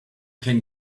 can